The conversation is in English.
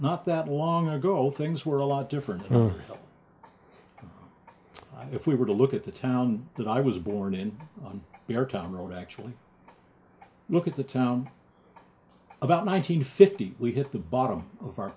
not that long ago things were a lot different if we were to look at the town that i was born in on your time or actually look at the town about nine hundred fifty we hit the bottom of our